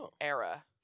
era